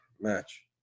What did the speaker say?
match